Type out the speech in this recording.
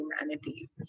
humanity